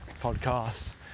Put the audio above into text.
podcast